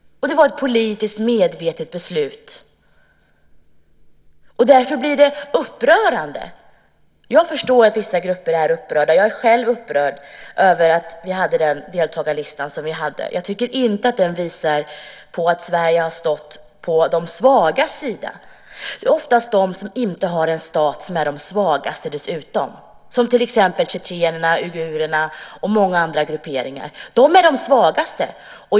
Det var ett politiskt medvetet beslut. Därför blir det upprörande. Jag förstår att vissa grupper är upprörda. Jag är själv upprörd över att vi hade den deltagarlista vi hade. Jag tycker inte att den visar på att Sverige har stått på de svagas sida. Det är dessutom oftast de som inte har en stat som är de svagaste, som till exempel tjetjenerna, uigurerna och många andra grupperingar. De är de svagaste.